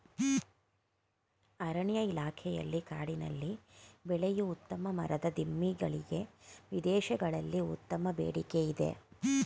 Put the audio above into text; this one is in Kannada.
ಅರಣ್ಯ ಇಲಾಖೆಯಲ್ಲಿ ಕಾಡಿನಲ್ಲಿ ಬೆಳೆಯೂ ಉತ್ತಮ ಮರದ ದಿಮ್ಮಿ ಗಳಿಗೆ ವಿದೇಶಗಳಲ್ಲಿ ಉತ್ತಮ ಬೇಡಿಕೆ ಇದೆ